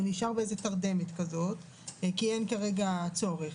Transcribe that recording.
הוא נשאר באיזה תרדמת כזאת כי אין כרגע צורך,